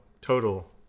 total